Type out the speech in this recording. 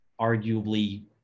arguably